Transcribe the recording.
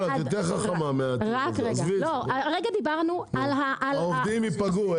הרגע דיברנו על --- העובדים ייפגעו,